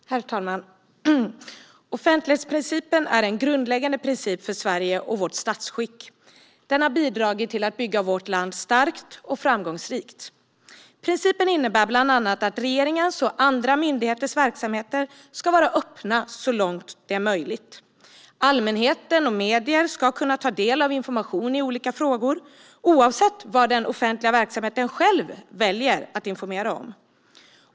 Herr talman! Offentlighetsprincipen är en grundläggande princip för Sverige och vårt statsskick. Den har bidragit till att bygga vårt land starkt och framgångsrikt. Principen innebär bland annat att regeringens och andra myndigheters verksamheter ska vara öppna så långt det är möjligt. Allmänhet och medier ska kunna ta del av information i olika frågor oavsett vad den offentliga verksamheten själv väljer att informera om.